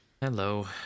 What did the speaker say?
hello